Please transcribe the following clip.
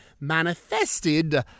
manifested